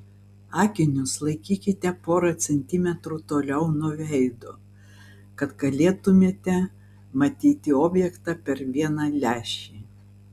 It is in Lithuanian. akinius laikykite porą centimetrų toliau nuo veido kad galėtumėte matyti objektą per vieną lęšį